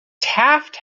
taft